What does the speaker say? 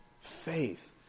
Faith